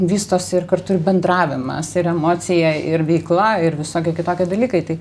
vystosi ir kartu ir bendravimas ir emocija ir veikla ir visoki kitoki dalykai tai